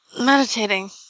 meditating